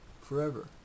forever